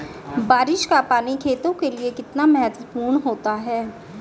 बारिश का पानी खेतों के लिये कितना महत्वपूर्ण होता है?